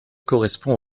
correspond